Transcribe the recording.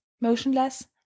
motionless